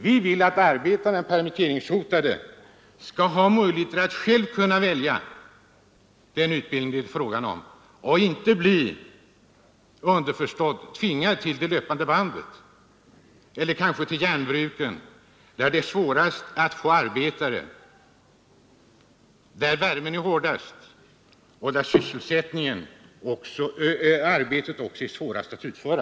Vi vill att de permitteringshotade arbetarna skall ha möjlighet att själva välja utbildning och inte underförstått bli tvingade till löpande bandet eller till järnbrukens avdelningar dit det är svårast att få arbetare, där värmen är högst och där arbetet också är svårast att utföra.